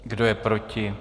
Kdo je proti?